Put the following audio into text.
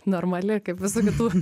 normali kaip visų kitų